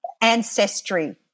ancestry